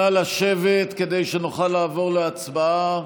נא לשבת כדי שנוכל לעבור להצבעה.